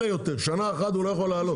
שנה אחת הוא לא יכול לעלות,